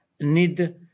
need